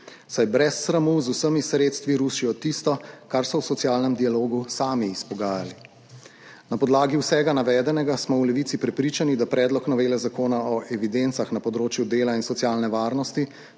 saj brez sramu z vsemi sredstvi rušijo tisto, kar so v socialnem dialogu sami izpogajali. Na podlagi vsega navedenega smo v Levici prepričani, da predlog novele Zakona o evidencah na področju dela in socialne varnosti